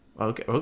okay